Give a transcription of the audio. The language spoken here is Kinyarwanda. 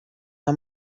nta